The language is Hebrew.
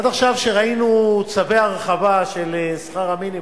עד עכשיו, כשראינו צווי הרחבה של שכר המינימום,